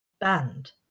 band